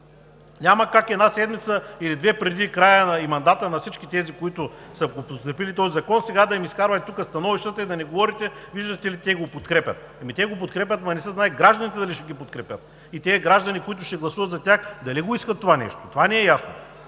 Няма как една седмица или две преди края на мандата на всички тези, които са подкрепили този закон, сега да им изкарваме тук становищата и да ни говорите: виждате ли, те го подкрепят!? Ами те го подкрепят, ама не се знае гражданите дали ще ги подкрепят! И тези граждани, които ще гласуват за тях, дали го искат това нещо, това не е ясно.